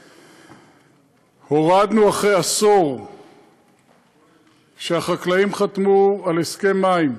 2. הורדנו, אחרי עשור שהחקלאים חתמו על הסכם מים,